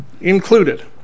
included